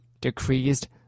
decreased